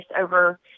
over